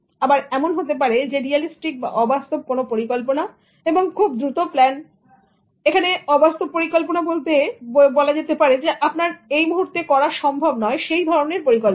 আবার এমন হতে পারে করেছেন রিয়ালিস্টিক বা অবাস্তব কোন পরিকল্পনা এবং খুব দ্রুত প্ল্যান অবাস্তব পরিকল্পনা মানে যেটা কখনোই আপনার এই মুহূর্তে করা সম্ভব নয় সেই ধরনের পরিকল্পনা